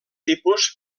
tipus